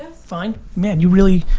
ah fine. man you really,